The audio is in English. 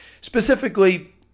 specifically